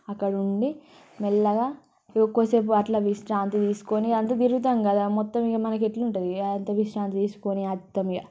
అక్కడ ఉండి మెల్లగా ఎక్కువసేపు అట్లా విశ్రాంతి తీసుకొని అంత తిరుగుతాము కదా మొత్తం ఇక మనకి ఎట్లా ఉంటుంది అంత విశ్రాంతి తీసుకొని వస్తాము ఇక